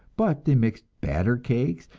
but they mixed batter cakes,